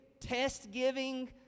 test-giving